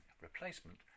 replacement